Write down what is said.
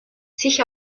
sich